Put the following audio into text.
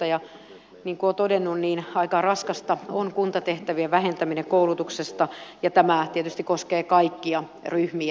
niin kuin olen todennut aika raskasta on kuntatehtävien vähentäminen koulutuksesta ja tämä tietysti koskee kaikkia ryhmiä